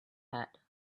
hat